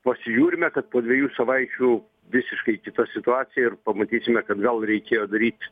pasižiūrime kad po dviejų savaičių visiškai kita situacija ir pamatysime kad gal reikėjo daryt